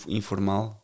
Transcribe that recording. informal